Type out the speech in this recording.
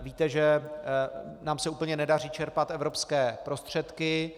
Víte, že se nám úplně nedaří čerpat evropské prostředky.